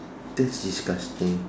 that's disgusting